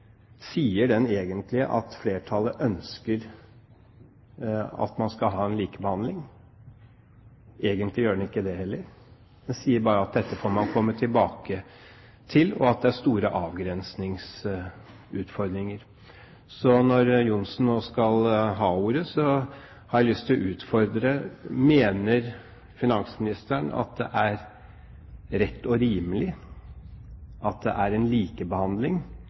Sier den egentlig at flertallet ønsker at man skal ha likebehandling? Egentlig gjør den ikke det, heller. Den sier bare at dette får man komme tilbake til, og at det er store avgrensningsutfordringer. Så når Johnsen nå skal ha ordet, har jeg lyst til å utfordre: Mener finansministeren at det er rett og rimelig at det er en likebehandling,